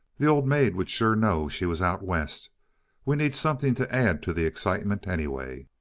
the old maid would sure know she was out west we need something to add to the excitement, anyway.